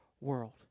world